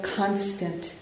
constant